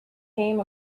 came